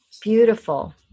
beautiful